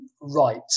right